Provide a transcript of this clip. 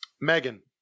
Megan